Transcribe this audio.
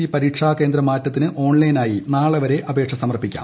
C പരീക്ഷാകേന്ദ്ര മാറ്റത്തിന് ഓൺലൈനായി നാളെവരെ അപേക്ഷ സമർപ്പിക്കാം